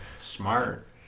Smart